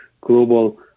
global